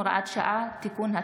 הוראת שעה) (תיקון),